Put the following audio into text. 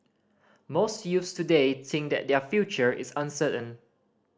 most youths today think that their future is uncertain